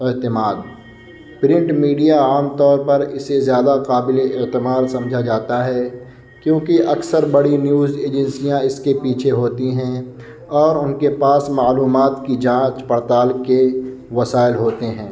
اعتماد print media عام طور پر اسے زیادہ قابل اعتماد سمجھا جاتا ہے کیونکہ اکثر بڑی نیوز ایجنسیاں اس کے پیچھے ہوتی ہیں اور ان کے پاس معلومات کی جانچ پڑتال کے وسائل ہوتے ہیں